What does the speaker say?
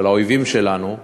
של האויבים שלנו,